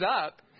up